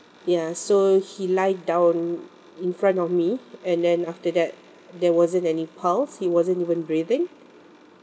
ya so he lie down in front of me and then after that there wasn't any pulse he wasn't even breathing